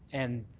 and